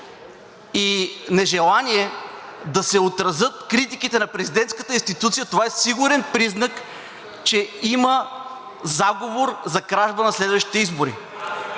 и нежелание да се отразят критиките на президентската институция, това е сигурен признак, че има заговор за кражба на следващите избори.